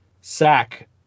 sack